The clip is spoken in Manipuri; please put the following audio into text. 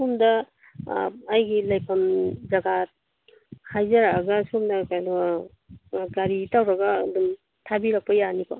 ꯁꯣꯝꯗ ꯑꯩꯒꯤ ꯂꯩꯐꯝ ꯖꯒꯥ ꯍꯥꯏꯖꯔꯛꯑꯒ ꯁꯣꯝꯅ ꯀꯩꯅꯣ ꯒꯥꯔꯤ ꯇꯧꯔꯒ ꯑꯗꯨꯝ ꯊꯥꯕꯤꯔꯛꯄ ꯌꯥꯅꯤꯀꯣ